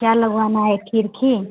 क्या लगवाना है खिड़की